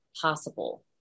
possible